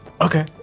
Okay